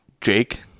Jake